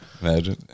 Imagine